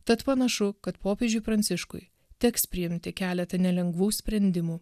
tad panašu kad popiežiui pranciškui teks priimti keletą nelengvų sprendimų